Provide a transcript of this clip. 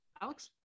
Alex